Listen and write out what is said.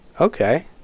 Okay